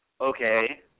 Okay